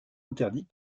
interdits